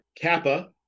Kappa